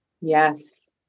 Yes